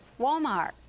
Walmart